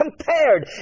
compared